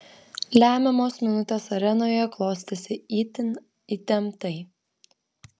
lemiamos minutės arenoje klostėsi itin įtemptai